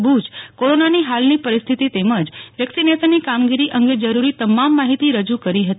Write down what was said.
બુચ કોરોનાની હાલની પરિસ્થિતિ તેમજ વેકિસનેશનની કામગીરી અંગે જરૂરી તમામ માહિતી રજુ કરી હતી